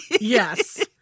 Yes